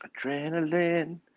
Adrenaline